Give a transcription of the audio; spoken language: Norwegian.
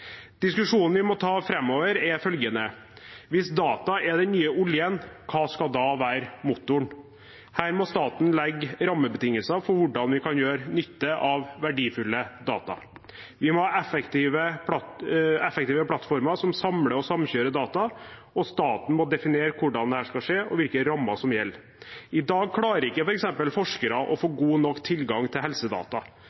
Diskusjonen vi må ta framover, er følgende: Hvis data er den nye oljen, hva skal da være motoren? Her må staten legge rammebetingelser for hvordan vi kan gjøre nytte av verdifulle data. Vi må ha effektive plattformer som samler og samkjører data, og staten må definere hvordan dette skal skje, og hvilke rammer som gjelder. I dag klarer f.eks. ikke forskere å få